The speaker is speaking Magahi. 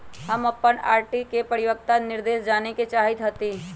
हम अपन आर.डी के परिपक्वता निर्देश जाने के चाहईत हती